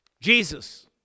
Jesus